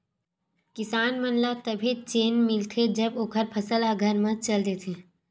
किसान मन ल तभे चेन मिलथे जब ओखर फसल ह घर म चल देथे